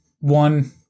one